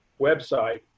website